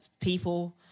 people